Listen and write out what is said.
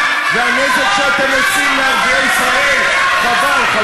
ומקיים פגישות רבות עם הציבור הישראלי.